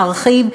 ארחיב,